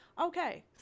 Okay